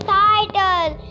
title